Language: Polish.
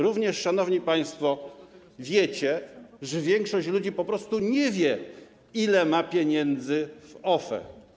Również, szanowni państwo, wiecie, że większość ludzi po prostu nie wie, ile ma pieniędzy w OFE.